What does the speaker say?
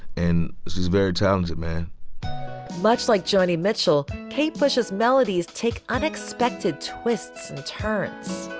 and she's very talented man much like joni mitchell kate pushes melodies take unexpected twists and turns